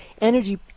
energy